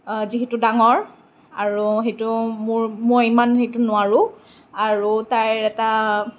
যিহেতু ডাঙৰ আৰু সেইটো মোৰ মই ইমান সেইটো নোৱাৰোঁ আৰু তাইৰ এটা